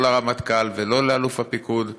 לא לרמטכ"ל ולא לאלוף הפיקוד,